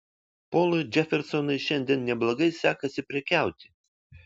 polui džefersonui šiandien neblogai sekasi prekiauti